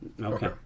Okay